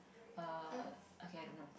err okay I don't know